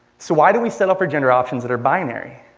so, why do we set up our gender options that are binary?